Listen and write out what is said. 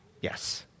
Yes